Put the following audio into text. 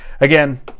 Again